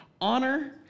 honor